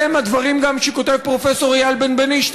אלה הם גם הדברים שכותב פרופסור איל בנבנישתי,